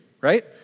right